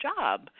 job